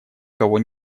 кого